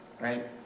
right